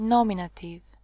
Nominative